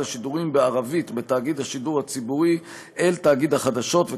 השידורים בערבית בתאגיד השידור הציבורי אל תאגיד החדשות,